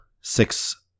six